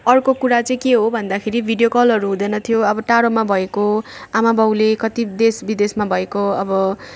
अर्को कुरा चाहिँ के हो भन्दाखेरि भिडियो कलहरू हुँदैन थियो अब टाढोमा भएको आमा बाउले कति देश विदेशमा भएको अब